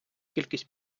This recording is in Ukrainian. кількість